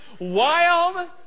Wild